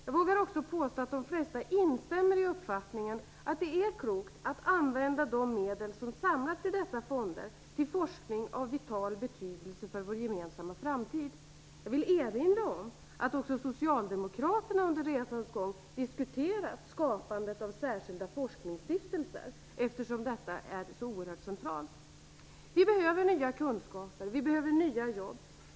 Jag vågar också påstå att de flesta instämmer i uppfattningen att det är klokt att använda de medel som samlats i dessa fonder till forskning av vital betydelse för vår gemensamma framtid. Jag vill erinra om att också socialdemokraterna under resans gång diskuterat skapandet av särskilda forskningsstiftelser, eftersom detta är så oerhört centralt. Vi behöver nya kunskaper och vi behöver nya jobb.